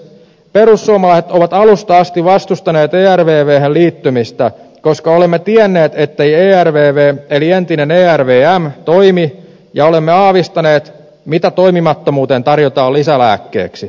perussuomalaiset ovat alusta asti vastustaneet ervvhen liittymistä koska olemme tienneet ettei ervv eli entinen ervm toimi ja olemme aavistaneet mitä toimimattomuuteen tarjotaan lisälääkkeeksi